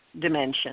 dimension